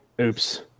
oops